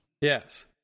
Yes